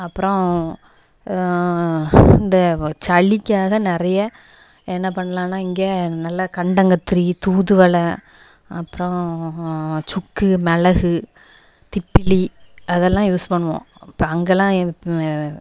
அப்புறோம் இந்த சளிக்காக நிறைய என்ன பண்ணலான்னா இங்கே நல்லா கண்டங்கத்திரி தூதுவளை அப்புறம் சுக்கு மிளகு திப்பிலி அதெல்லாம் யூஸ் பண்ணுவோம் இப்போ அங்கெல்லாம் இப்